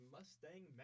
Mustang